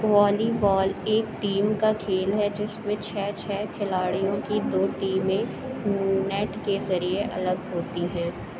والی بال ایک ٹیم کا کھیل ہے جس میں چھ چھ کھلاڑیوں کی دو ٹیمیں نیٹ کے ذریعے الگ ہوتی ہیں